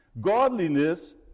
godliness